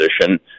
position